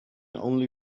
only